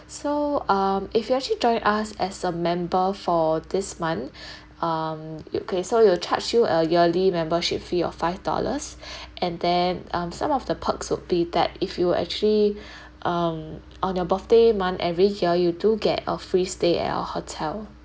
so um if you actually join us as a member for this month um it okay so we will charge you a yearly membership fee of five dollars and then um some of the perks would be that if you actually um on your birthday month every year you do get a free stay at our hotel